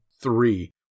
three